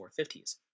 450s